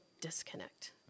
disconnect